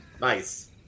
Nice